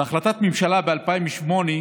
בהחלטת ממשלה ב-2008,